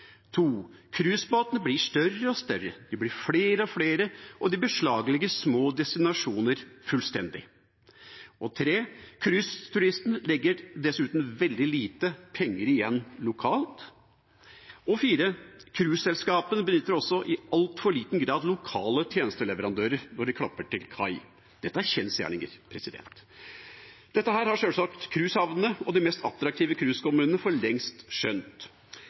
blir større og større, de blir flere og flere, og de beslaglegger små destinasjoner fullstendig. Cruiseturisten legger dessuten veldig lite penger igjen lokalt. Cruiseselskapene benytter også i altfor liten grad lokale tjenesteleverandører når de klapper til kai. Dette er kjensgjerninger. Dette har sjølsagt cruisehavnene og de mest attraktive cruisekommunene for lengst skjønt.